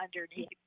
underneath